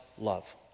love